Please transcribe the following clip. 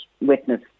witness